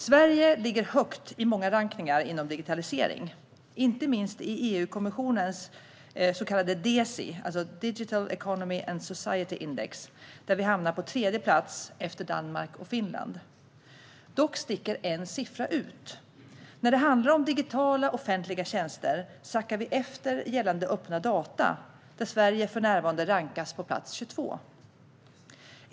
Sverige ligger högt i många rankningar inom digitalisering, inte minst i EU-kommissionens DESI, The Digital Economy and Society Index, där vi hamnar på tredje plats efter Danmark och Finland. Dock sticker en siffra ut. När det handlar om digitala offentliga tjänster sackar vi efter gällande öppna data. Där hamnar Sverige för närvarande på plats 22.